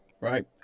right